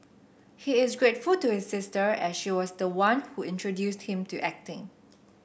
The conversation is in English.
he is grateful to his sister as she was the one who introduced him to acting